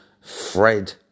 Fred